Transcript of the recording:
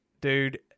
dude